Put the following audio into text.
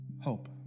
hope